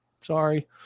sorry